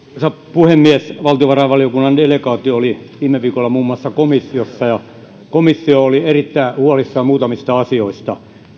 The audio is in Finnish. puhemies valtiovarainvaliokunnan delegaatio oli viime viikolla muun muassa komissiossa ja komissio oli erittäin huo lissaan muutamista asioista